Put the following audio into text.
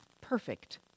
perfect